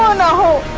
no.